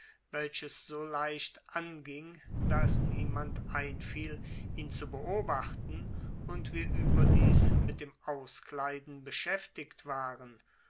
welches so leicht anging da es niemand einfiel ihn zu beobachten und wir überdies mit dem auskleiden beschäftigt waren